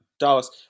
Dallas